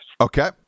Okay